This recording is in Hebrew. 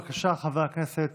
בבקשה, חבר הכנסת